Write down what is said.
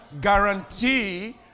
guarantee